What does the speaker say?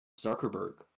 Zuckerberg